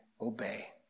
Obey